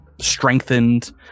strengthened